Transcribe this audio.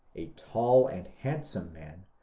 a tall and handsome man,